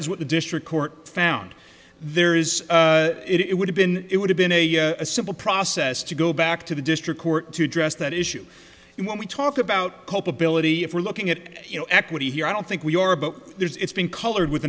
is what the district court found there is it would have been it would have been a simple process to go back to the district court to address that issue when we talk about culpability if we're looking at you know equity here i don't think we are but there's it's been colored with